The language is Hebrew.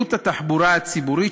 בפעילות התחבורה הציבורית,